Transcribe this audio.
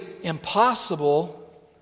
impossible